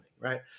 Right